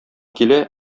килә